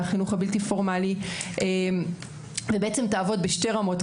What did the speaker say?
מהחינוך הבלתי פורמלי ותעבוד בשתי רמות,